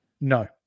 No